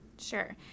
Sure